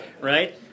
right